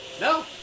No